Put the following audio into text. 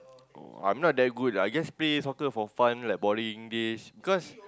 oh I'm not that good lah I just play soccer for fun like balling games because